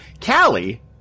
Callie